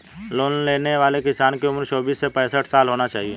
loan लेने वाले किसान की उम्र चौबीस से पैंसठ साल होना चाहिए